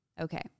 Okay